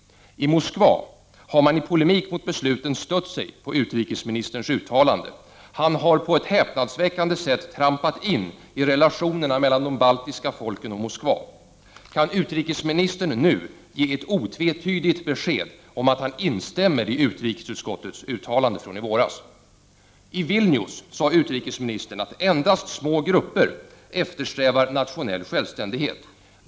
I Moskva har man i polemik mot besluten stött sig på utrikesministerns uttalande. Han har på ett häpnadsväckande sätt trampat in i relationerna mellan de baltiska folken och ledningen i Moskva. Kan utrikesministern nu ge ett otvetydigt besked om att han instämmer i utrikesutskottets uttalanden från i våras? I Vilnius sade utrikesministern att endast små grupper eftersträvar nationell självständighet.